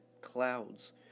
clouds